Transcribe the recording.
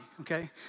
okay